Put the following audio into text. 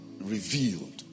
revealed